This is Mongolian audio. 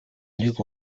нэг